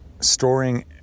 storing